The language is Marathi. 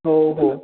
हो हो